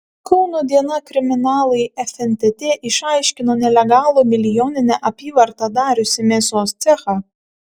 kauno diena kriminalai fntt išaiškino nelegalų milijoninę apyvartą dariusį mėsos cechą